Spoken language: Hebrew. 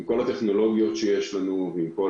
עם כל הטכנולוגיות שיש לנו ועם כל